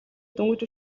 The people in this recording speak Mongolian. дөнгөж